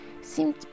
seemed